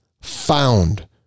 found